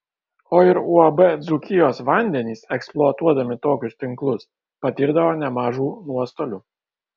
o ir uab dzūkijos vandenys eksploatuodami tokius tinklus patirdavo nemažų nuostolių